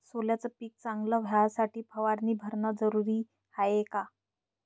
सोल्याचं पिक चांगलं व्हासाठी फवारणी भरनं जरुरी हाये का?